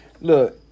Look